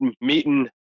meeting